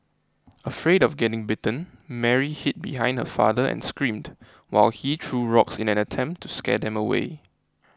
afraid of getting bitten Mary hid behind her father and screamed while he threw rocks in an attempt to scare them away